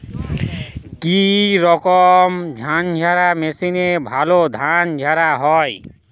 কি রকম ধানঝাড়া মেশিনে ভালো ধান ঝাড়া হয়?